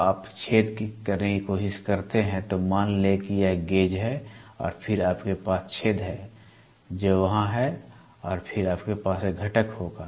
जब आप एक छेद करने की कोशिश करते हैं तो मान लें कि यह गेज है और फिर आपके पास छेद है जो वहां है और फिर आपके पास एक घटक होगा